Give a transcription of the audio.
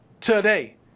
today